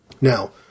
Now